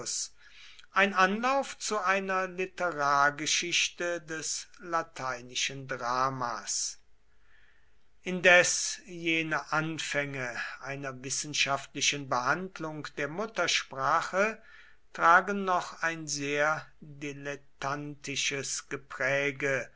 ein anlauf zu einer literargeschichte des lateinischen dramas indes jene anfänge einer wissenschaftlichen behandlung der muttersprache tragen noch ein sehr dilettantisches gepräge